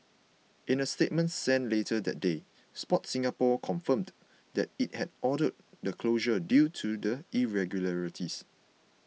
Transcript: in a statement sent later that day Sport Singapore confirmed that it had ordered the closure due to the irregularities